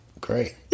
great